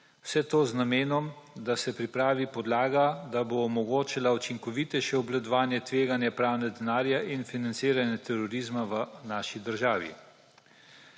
Vse to z namenom, da se pripravi podlaga, ki bo omogočila učinkovitejše obvladovanje tveganja pranja denarja in financiranja terorizma v naši državi.